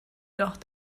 doch